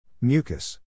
Mucus